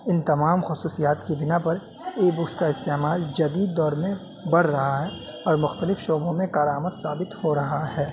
ان تمام خصوصیات کی بنا پر ای بک کا استعمال جدید دور میں بڑھ رہا ہے اور مختلف شعبوں میں کارآمد ثابت ہو رہا ہے